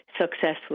successful